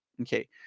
Okay